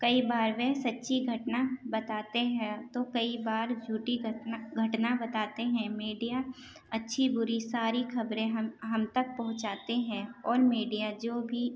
کئی بار وہ سچی گھٹنا بتاتے ہیں تو کئی بار جھوٹی گھٹنا بتاتے ہیں میڈیا اچھی بری ساری خبریں ہم تک پہنچاتے ہیں اور میڈیا جو بھی